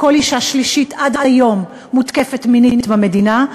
וכל אישה שלישית עד היום מותקפת מינית במדינה,